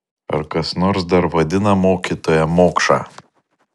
ar kas nors dar vadina mokytoją mokša